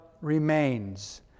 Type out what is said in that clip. remains